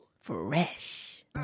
fresh